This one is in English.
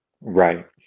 right